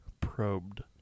probed